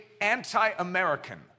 anti-American